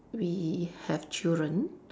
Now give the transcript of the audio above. we have children